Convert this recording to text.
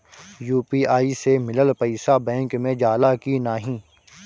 UPI से मिलल पईसा बैंक मे जाला की नाहीं?